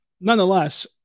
nonetheless